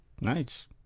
Nice